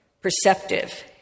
perceptive